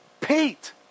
Pete